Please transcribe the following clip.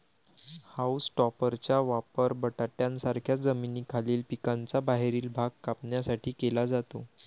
haulm टॉपरचा वापर बटाट्यांसारख्या जमिनीखालील पिकांचा बाहेरील भाग कापण्यासाठी केला जातो